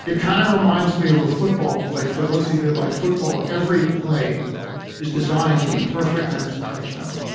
kind of reminds me of a football play, for those of you that like football, every play is designed to be perfect, and it's a touchdown.